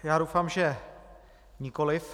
Já doufám, že nikoliv.